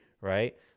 right